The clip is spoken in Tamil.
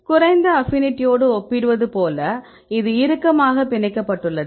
குறைந்த அப்பினிடியோடு ஒப்பிடுவது போல இது இறுக்கமாக பிணைக்கப்பட்டுள்ளது